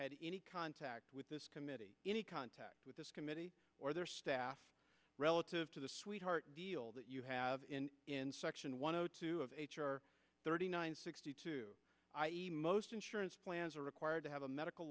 had any contact with this committee any contact with this committee or their staff relative to the sweetheart deal that you have in in section one zero two of h r thirty nine sixty two i e most insurance plans are required to have a medical